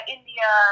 India